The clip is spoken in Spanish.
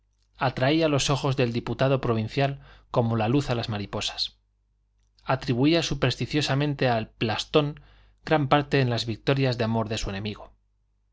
atraía los ojos del diputado provincial como la luz a las mariposas atribuía supersticiosamente al plastón gran parte en las victorias de amor de su enemigo